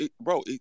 bro